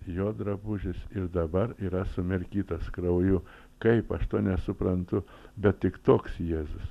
jo drabužis ir dabar yra sumirkytas krauju kaip aš to nesuprantu bet tik toks jėzus